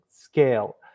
scale